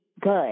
good